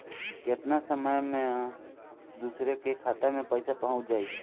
केतना समय मं दूसरे के खाता मे पईसा पहुंच जाई?